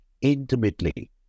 intimately